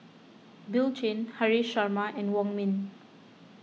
Bill Chen Haresh Sharma and Wong Ming